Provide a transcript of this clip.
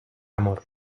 amor